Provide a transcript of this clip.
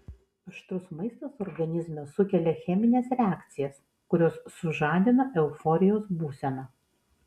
aštrus maistas organizme sukelia chemines reakcijas kurios sužadina euforijos būseną